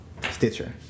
Stitcher